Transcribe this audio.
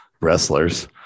wrestlers